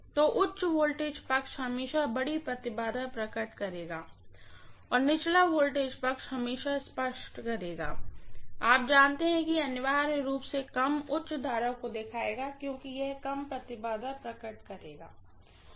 तो उच्च voltage side हमेशा बड़ी इम्पीडेन्स प्रकट करेगा और निचला वोल्टेज साइड हमेशा स्पष्ट करेगा आप जानते हैं कि यह अनिवार्य रूप से कम उच्च करंट को दिखायेगा क्योंकि यह कम इम्पीडेन्स प्रकट करेगा